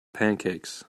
pancakes